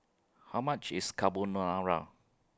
How much IS Carbonara